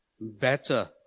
better